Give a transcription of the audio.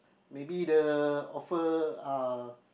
maybe the offer uh